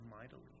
mightily